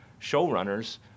showrunners